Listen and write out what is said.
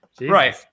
Right